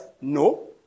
No